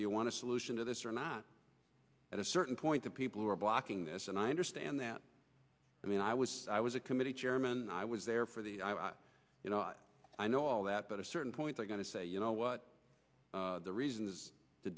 do you want to solution to this or not at a certain point the people who are blocking this and i understand that i mean i was i was a committee chairman i was there for the you know i know all that but a certain point i got to say you know what the reason is to